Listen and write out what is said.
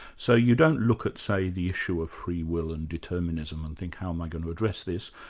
so you don't look at, say, the issue of freewill and determinism and think how am i going to address this?